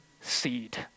seed